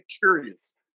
curious